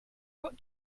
what